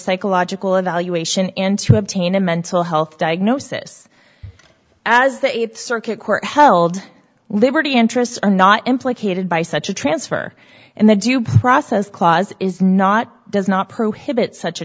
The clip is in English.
psychological evaluation and to obtain a mental health diagnosis as the eighth circuit court held liberty interests are not implicated by such a transfer and the due process clause is not does not prohibit such a